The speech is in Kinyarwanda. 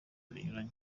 binyuranye